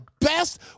best